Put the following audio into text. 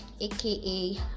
aka